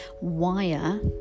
wire